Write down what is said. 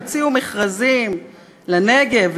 תוציאו מכרזים לנגב,